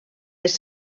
les